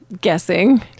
guessing